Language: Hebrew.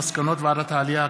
מסקנות ועדת העלייה,